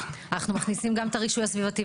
אנחנו מכניסים גם את הרישוי הסביבתי,